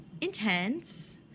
intense